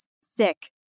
sick